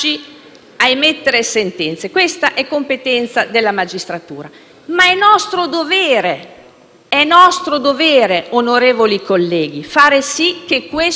nostro dovere, onorevoli colleghi, fare sì che questo processo si tenga. È esattamente dovere dell'Assemblea fare sì